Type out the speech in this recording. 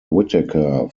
whitaker